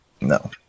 No